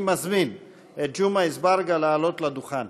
אני מזמין את ג'מעה אזברגה לעלות לדוכן.